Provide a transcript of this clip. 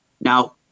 Now